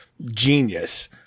genius